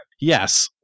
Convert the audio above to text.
yes